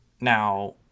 Now